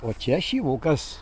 o čia šyvukas